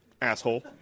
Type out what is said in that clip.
Asshole